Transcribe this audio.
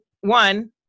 one